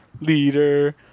leader